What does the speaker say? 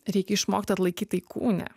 reikia išmokt atlaikyt tai kūne